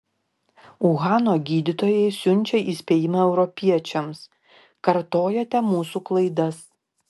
uhano gydytojai siunčia įspėjimą europiečiams kartojate mūsų klaidas